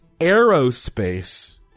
Aerospace